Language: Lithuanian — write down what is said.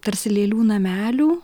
tarsi lėlių namelių